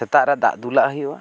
ᱥᱮᱛᱟᱜ ᱨᱮ ᱫᱟᱜ ᱫᱩᱞᱟᱜ ᱦᱩᱭᱩᱜᱼᱟ